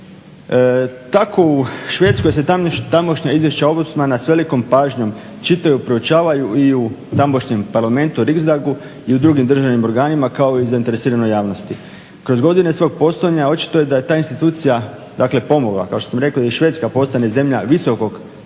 Tako u Švedskoj se tamošnja izvješća ombudsmana s velikom pažnjom čitaju, proučavaju i u tamošnjem Parlamentu Rizla i u drugim državnim organima kao i zainteresiranoj javnosti. Kroz godine svog postojanja očito je da je ta institucija dakle pomogla kao što sam rekao da i Švedska postane zemlja visokog